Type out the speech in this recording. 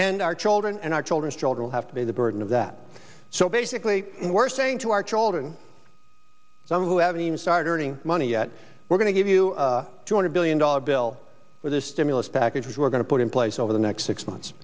and our children and our children's children have to bear the burden of that so basically we're saying to our children who haven't even started earning money yet we're going to give you two hundred billion dollars bill with the stimulus package we're going to put in place over the next six months